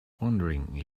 wondering